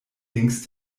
links